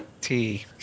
tea